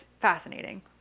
fascinating